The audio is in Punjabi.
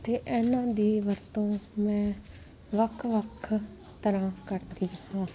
ਅਤੇ ਇਹਨਾਂ ਦੀ ਵਰਤੋਂ ਮੈਂ ਵੱਖ ਵੱਖ ਤਰ੍ਹਾਂ ਕਰਦੀ ਹਾਂ